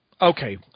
okay